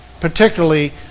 particularly